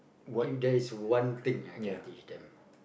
if there is one thing I can teach them